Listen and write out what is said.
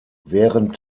während